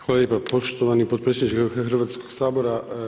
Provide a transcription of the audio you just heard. Hvala lijepa poštovani podpredsjedniče Hrvatskog sabora.